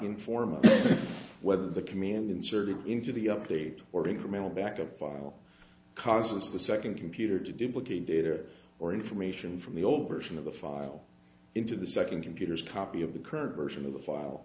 inform whether the command inserted into the update or incremental backup file causes the second computer to duplicate data or information from the old version of the file into the second computer's copy of the current version of the file